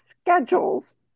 schedules